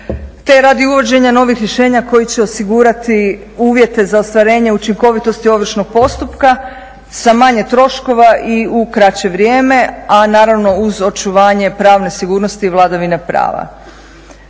te radi uvođenja novih rješenja koja će osigurati uvjete za ostvarenje učinkovitosti ovršnog postupka sa manje troškova i u kraće vrijeme, a naravno uz očuvanje pravne sigurnosti i vladavine prava.